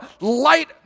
light